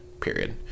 period